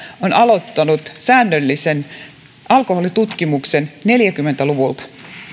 on aloittanut säännöllisen alkoholitutkimuksen neljäkymmentä luvulta